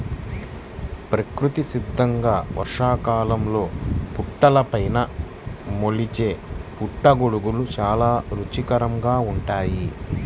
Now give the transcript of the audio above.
ప్రకృతి సిద్ధంగా వర్షాకాలంలో పుట్టలపైన మొలిచే పుట్టగొడుగులు చాలా రుచికరంగా ఉంటాయి